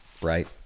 right